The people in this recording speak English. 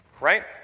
Right